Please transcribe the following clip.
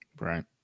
right